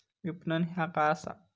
विपणन ह्या काय असा?